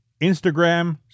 Instagram